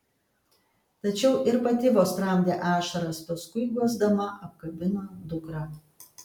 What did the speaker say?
tačiau ir pati vos tramdė ašaras paskui guosdama apkabino dukrą